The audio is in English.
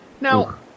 Now